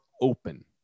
open